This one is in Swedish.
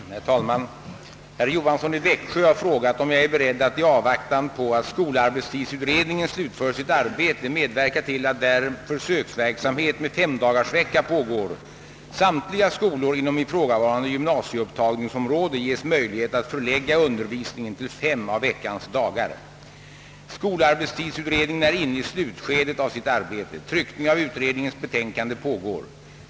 Herr talman! Herr Johansson i Växjö har frågat, om jag är beredd att i avvaktan på att skolarbetstidsutredningen slutför sitt arbete medverka till att där försöksverksamhet med femdagarsvecka pågår samtliga skolor inom ifrågavarande gymnasieupptagningsområde ges möjlighet att förlägga undervisningen till fem av veckans dagar. Skolarbetstidsutredningen är inne i slutskedet av sitt arbete. Tryckning av utredningens betänkande pågår.